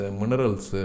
minerals